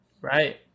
Right